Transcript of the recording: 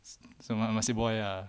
semangat masih boil ah